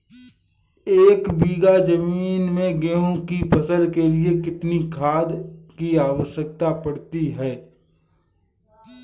एक बीघा ज़मीन में गेहूँ की फसल के लिए कितनी खाद की आवश्यकता पड़ती है?